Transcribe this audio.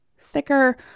thicker